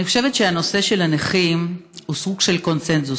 אני חושבת שהנושא של הנכים הוא סוג של קונסנזוס.